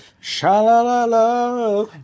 Sha-la-la-la